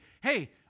hey